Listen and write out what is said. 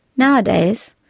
nowadays,